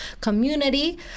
community